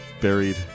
buried